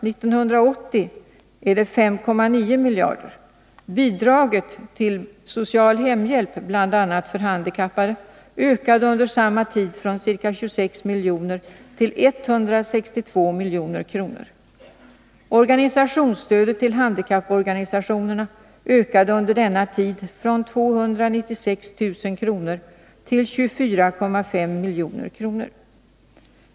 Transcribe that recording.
1980 är det 5,9 miljarder. Bidraget till social hemhjälp bl.a. för handikappade ökade under samma tid från ca 26 miljoner till 162 milj.kr. Organisationsstödet till handikapporganisationerna ökade under denna tid från 296 000 kr. till 24,5 milj.kr.